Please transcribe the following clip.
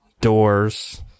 doors